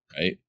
right